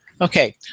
Okay